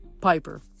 Piper